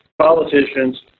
politicians